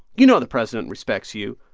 you know the president respects you.